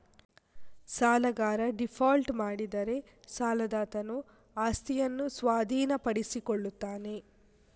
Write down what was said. ಸಾಲಗಾರ ಡೀಫಾಲ್ಟ್ ಮಾಡಿದರೆ ಸಾಲದಾತನು ಆಸ್ತಿಯನ್ನು ಸ್ವಾಧೀನಪಡಿಸಿಕೊಳ್ಳುತ್ತಾನೆ